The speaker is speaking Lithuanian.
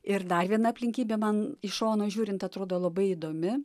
ir dar viena aplinkybė man iš šono žiūrint atrodo labai įdomi